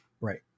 Right